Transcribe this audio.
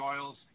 oils